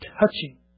touching